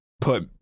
put